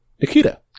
Nikita